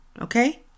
Okay